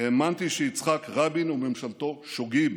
האמנתי שיצחק רבין וממשלתו שוגים,